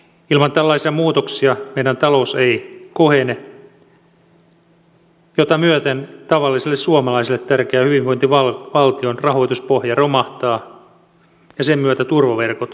ilman tällaisia muutoksia meidän talous ei kohene minkä myötä tavalliselle suomalaiselle tärkeä hyvinvointivaltion rahoituspohja romahtaa ja sen myötä turvaverkot ja palvelut